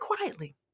quietly